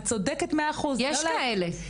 את צודקת מאה אחוז --- יש כאלה.